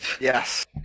Yes